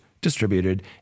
distributed